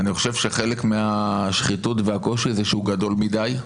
אני חושב שחלק מהשחיתות והקושי זה שהוא גדול מדי,